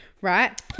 right